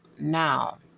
Now